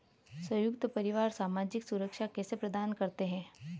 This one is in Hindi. संयुक्त परिवार सामाजिक सुरक्षा कैसे प्रदान करते हैं?